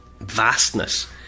vastness